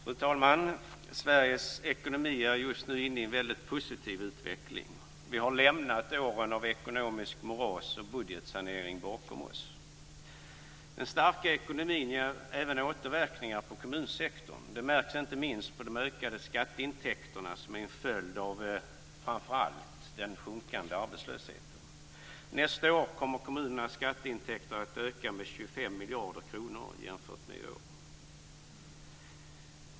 Fru talman! Sveriges ekonomi är just nu inne i en väldigt positiv utveckling. Vi har lämnat åren av ekonomiskt moras och budgetsanering bakom oss. Den starka ekonomin ger även återverkningar på kommunsektorn. Det märks inte minst på de ökade skatteintäkter som är en följd av framför allt den sjunkande arbetslösheten. Nästa år kommer kommunernas skatteintäkter att öka med 25 miljarder kronor jämfört med i år.